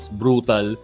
brutal